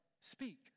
speak